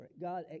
God